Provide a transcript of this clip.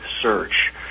search